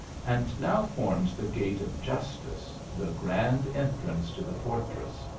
and now forms the gate of justice, the grand entrance to the fortress.